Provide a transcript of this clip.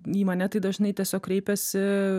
į mane tai dažnai tiesiog kreipiasi